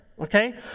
okay